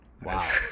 Wow